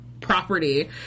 property